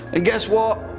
ah guess what?